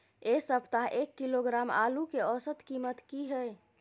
ऐ सप्ताह एक किलोग्राम आलू के औसत कीमत कि हय?